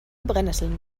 brennesseln